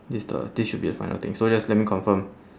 this the this should be the final thing so just let me confirm